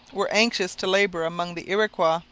were anxious to labour among the iroquois,